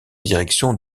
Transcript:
direction